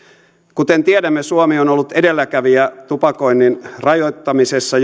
kuten tiedämme suomi on ollut edelläkävijä tupakoinnin rajoittamisessa